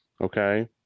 okay